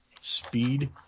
Speed